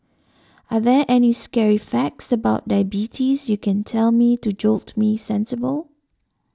are there any scary facts about diabetes you can tell me to jolt me sensible